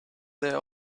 there